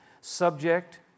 subject